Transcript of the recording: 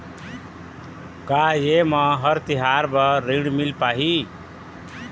का ये म हर तिहार बर ऋण मिल पाही?